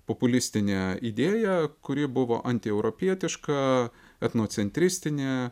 populistinę idėją kuri buvo antieuropietiška etnocentristinė